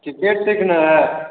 cricket सीखना है